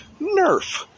Nerf